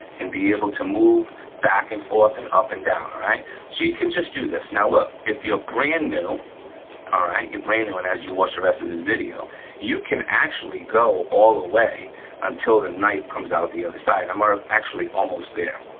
and be able to move back and forth, and up and down, all right? so you can just do this, now look, if you're brand new ah you're brand new and as you watch the rest of this video you can actually go all the way until the knifes comes out the other side. i'm ah actually almost there,